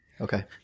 Okay